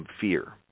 fear